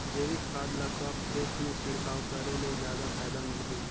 जैविक खाद ल कब खेत मे छिड़काव करे ले जादा फायदा मिलही?